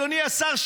אדוני השר,